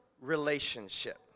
relationship